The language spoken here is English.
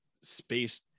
space